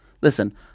Listen